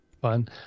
fun